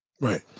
Right